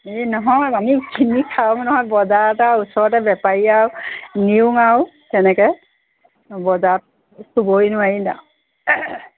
এই নহয় আমি কিনি খাওঁ নহয় বজাৰত আৰু ওচৰতে বেপাৰী আৰু নিওঁ আৰু তেনেকৈ বজাৰত চুবই নোৱাৰি দাম